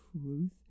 truth